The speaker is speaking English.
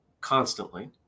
constantly